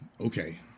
Okay